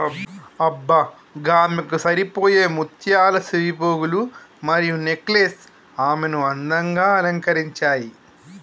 అబ్బ గామెకు సరిపోయే ముత్యాల సెవిపోగులు మరియు నెక్లెస్ ఆమెను అందంగా అలంకరించాయి